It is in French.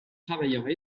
travailleurs